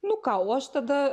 nu ką o aš tada